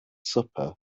supper